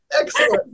Excellent